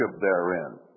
therein